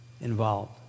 involved